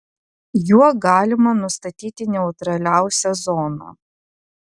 juo galima nustatyti neutraliausią zoną